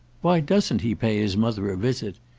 why doesn't he pay his mother a visit?